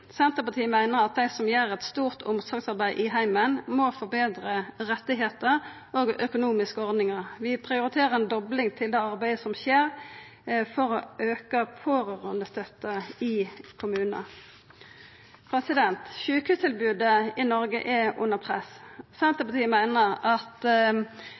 Senterpartiet meiner at dei som gjer eit stort omsorgsarbeid i heimen, må få betre rettar og økonomiske ordningar. Vi prioriterer ei dobling til arbeidet for å auka pårørandestøtta i kommunane. Sjukehustilbodet i Noreg er under press. Senterpartiet meiner at